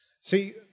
See